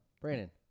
Brandon